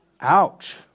Ouch